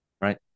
Right